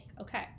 okay